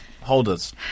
holders